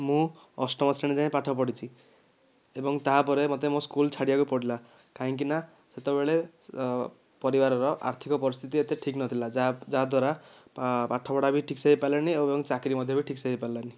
ମୁଁ ଅଷ୍ଟମ ଶ୍ରେଣୀ ଯାଏଁ ପାଠ ପଢ଼ିଛି ଏବଂ ତା' ପରେ ମୋତେ ମୋର ସ୍କୁଲ୍ ଛାଡ଼ିବାକୁ ପଡ଼ିଲା କାହିଁକିନା ସେତେବେଳେ ପରିବାରର ଆର୍ଥିକ ପରିସ୍ଥିତି ଏତେ ଠିକ୍ ନଥିଲା ଯାହା ଦ୍ୱାରା ପାଠପଢ଼ା ବି ଠିକ୍ସେ ହୋଇପାରିଲା ନାହିଁ ଏବଂ ଚାକିରି ମଧ୍ୟ ବି ଠିକ୍ସେ ହୋଇପାରିଲା ନାହିଁ